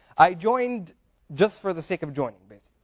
i joined just for the sake of joining but